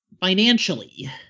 financially